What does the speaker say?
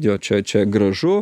jo čia čia gražu